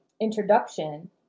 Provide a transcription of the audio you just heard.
introduction